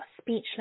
speechless